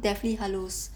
deathly hallows